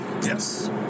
Yes